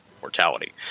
mortality